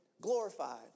glorified